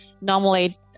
normally